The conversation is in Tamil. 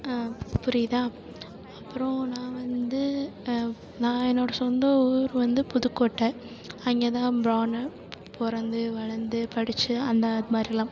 புரியுதா அப்பறம் நான் வந்து நான் என்னோடய சொந்த ஊர் வந்து புதுக்கோட்டை அங்கே தான் ப்ரானு பிறந்து வளர்ந்து படித்தேன் அந்த அது மாதிரிலாம்